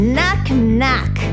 Knock-knock